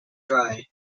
dry